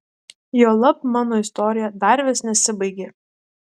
juolab mano istorija dar vis nesibaigė